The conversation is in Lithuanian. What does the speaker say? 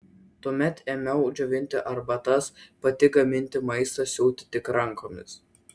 tuomet ėmiau džiovinti arbatas pati gaminti maistą siūti tik rankomis